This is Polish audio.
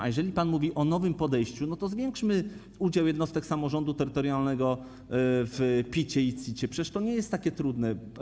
A jeżeli pan mówi o nowym podejściu, to zwiększmy udział jednostek samorządu terytorialnego w PiT i CiT, przecież to nie jest takie trudne.